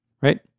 Right